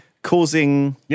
causing